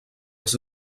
els